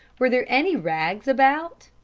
were there any rags about?